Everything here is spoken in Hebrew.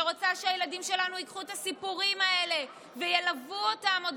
שרוצה שהסיפורים האלה ילוו את הילדים שלנו עוד